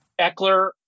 Eckler